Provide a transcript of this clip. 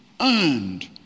earned